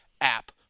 app